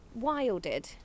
wilded